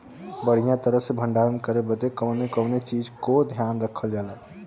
बढ़ियां तरह से भण्डारण करे बदे कवने कवने चीज़ को ध्यान रखल जा?